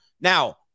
Now